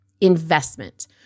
investment